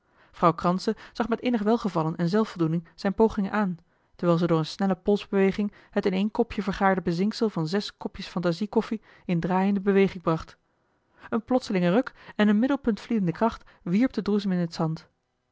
vrouw kranse zag met innig welgevallen en zelfvoldoening zijne pogingen aan terwijl ze door eene snelle polsbeweging het in één kopje vergaarde bezinksel van zes kopjes fantasie koffie in draaiende beweging bracht een plotselinge ruk en de middelpuntvliedende kracht wierp den droesem in het zand